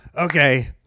okay